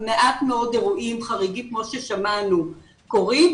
מעט מאוד אירועים חריגים כמו ששמענו קורים,